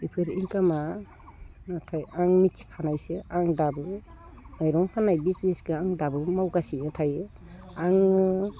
बेफोर इन्कामा नाथाय आं मिथिखानायसो आं दाबो माइरं फाननाय बिजनेसखो आं दाबो मावगासिनो थायो आङो